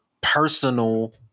personal